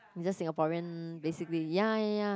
he just Singaporean basically ya ya ya